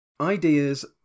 Ideas